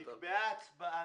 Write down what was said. נקבעה הצבעה.